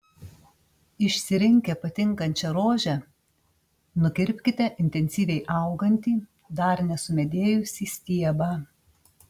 išsirinkę patinkančią rožę nukirpkite intensyviai augantį dar nesumedėjusį stiebą